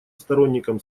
сторонником